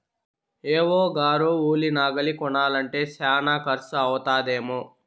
AO గారు ఉలి నాగలి కొనాలంటే శానా కర్సు అయితదేమో